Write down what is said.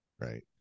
right